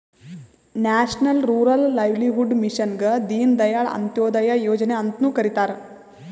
national Rural Livelihood ಮಿಷನ್ಗ ದೀನ್ ದಯಾಳ್ ಅಂತ್ಯೋದಯ ಯೋಜನೆ ಅಂತ್ನು ಕರಿತಾರ